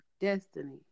Destiny